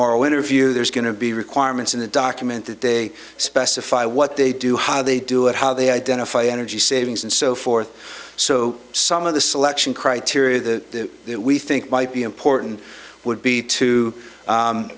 oral interview there's going to be requirements in the document that they specify what they do how they do it how they identify energy savings and so forth so some of the selection criteria that we think might be important would be to